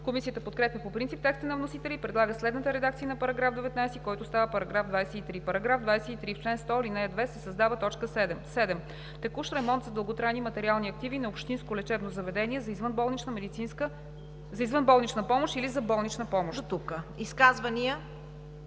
Комисията подкрепя по принцип текста на вносителя и предлага следната редакция на § 19, който става § 23: „23. В чл. 100, ал. 2 се създава т. 7: „7. текущ ремонт на дълготрайни материални активи на общинско лечебно заведение за извънболнична помощ или за болнична помощ.“